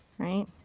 right.